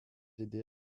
aider